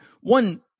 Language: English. one